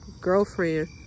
girlfriend